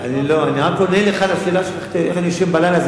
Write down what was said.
אני רק עונה לך לשאלה שלך איך אני ישן בלילה.